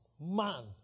man